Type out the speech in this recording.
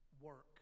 work